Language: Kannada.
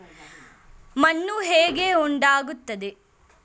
ಮಣ್ಣು ಹೇಗೆ ಉಂಟಾಗುತ್ತದೆ?